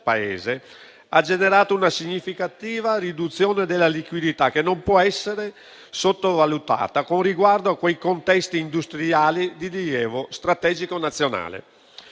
Paese, ha generato una significativa riduzione della liquidità, che non può essere sottovalutata, con riguardo ai contesti industriali di rilievo strategico nazionale.